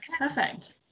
perfect